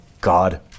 God